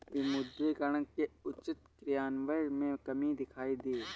विमुद्रीकरण के उचित क्रियान्वयन में कमी दिखाई दी